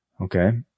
Okay